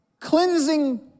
cleansing